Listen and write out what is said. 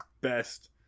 best